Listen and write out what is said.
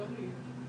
לא תעביר שום